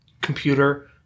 computer